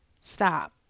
Stop